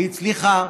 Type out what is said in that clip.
והצליחה,